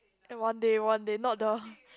and one day one day not the